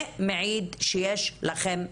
זה מעיד שיש לכם אמצעים,